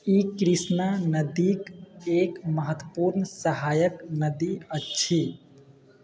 ई कृष्णा नदीके एक महत्वपूर्ण सहायक नदी अछि